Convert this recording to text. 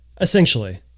essentially